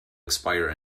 expire